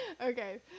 okay